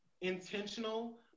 intentional